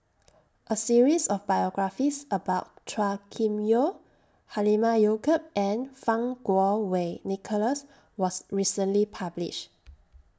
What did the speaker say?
A series of biographies about Chua Kim Yeow Halimah Yacob and Fang Kuo Wei Nicholas was recently published